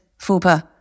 FUPA